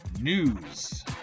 News